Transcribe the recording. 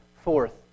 Fourth